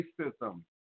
racism